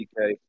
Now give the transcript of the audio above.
DK